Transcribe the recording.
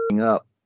up